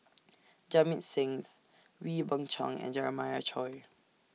Jamit Sings Wee Beng Chong and Jeremiah Choy